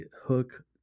hook